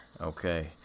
Okay